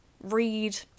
Read